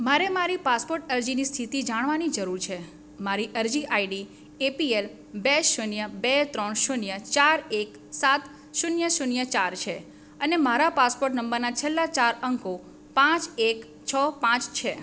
મારે મારી પાસપોટ અરજીની સ્થિતિ જાણવાની જરૂર છે મારી અરજી આઈડી એપીએલ બે શૂન્ય બે ત્રણ શૂન્ય ચાર એક સાત શૂન્ય શૂન્ય ચાર છે અને મારા પાસપોટ નંબરના છેલ્લા ચાર અંકો પાંચ એક છ પાંચ છે